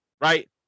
Right